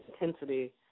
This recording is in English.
intensity